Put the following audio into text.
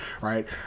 right